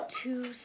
two